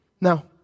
Now